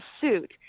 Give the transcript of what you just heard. suit